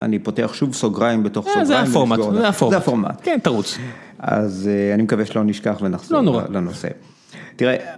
אני פותח שוב סוגריים בתוך סוגריים. זה הפורמט, זה הפורמט, כן תרוץ. אז אני מקווה שלא נשכח ונחזור לנושא. לא נורא.